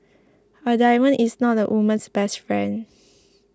a diamond is not a woman's best friend